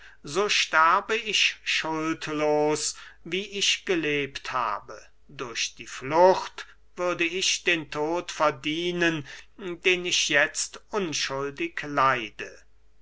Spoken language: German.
so sterbe ich schuldlos wie ich gelebt habe durch die flucht würde ich den tod verdienen den ich jetzt unschuldig leide